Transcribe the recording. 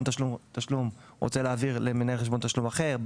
תשלום רוצה להעביר תשלום למנהל חשבון תשלום אחר,